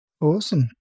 Awesome